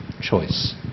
choice